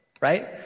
right